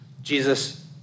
Jesus